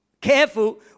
careful